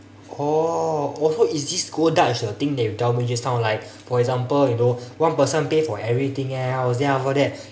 oh oh so is this go dutch the thing that you tell me just now like for example you know one person pay for everything else then after that